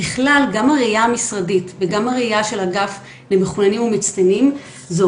ככלל גם הראייה המשרדית וגם הראייה של אגף למחוננים ומצטיינים זו